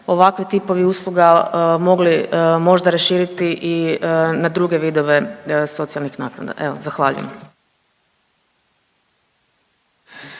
ovakvi tipovi usluga mogli možda raširiti i na druge vidove socijalnih naknada, evo zahvaljujem.